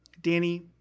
Danny